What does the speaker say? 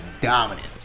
dominant